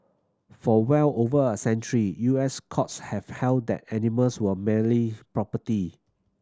for well over a century U S courts have held that animals were merely property